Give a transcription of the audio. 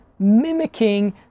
Mimicking